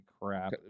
crap